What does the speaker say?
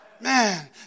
Man